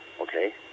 okay